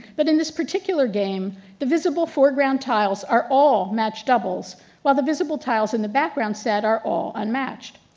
but in this particular game the visible foreground tiles are all match doubles while the visible tiles in the background set are all unmatched.